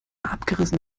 abgerissen